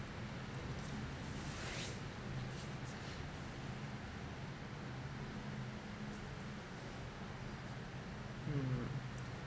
mm